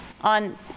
On